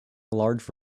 large